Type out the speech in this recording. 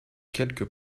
quelques